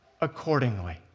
accordingly